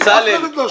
את מפסיקה דיון.